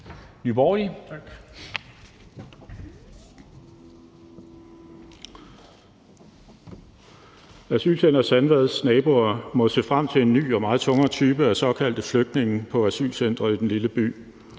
Asylcenter Sandvads naboer må se frem til en ny og meget tungere type af såkaldte flygtninge på asylcenteret i den lille by.